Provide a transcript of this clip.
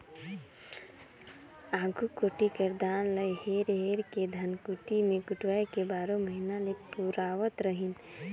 आघु कोठी कर धान ल हेर हेर के धनकुट्टी मे कुटवाए के बारो महिना ले पुरावत रहिन